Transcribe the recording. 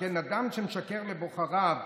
שכן אדם שמשקר לבוחריו,